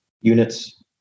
units